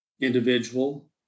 individual